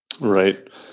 right